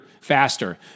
faster